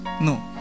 no